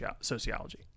sociology